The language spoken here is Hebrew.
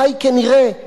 חי כנראה,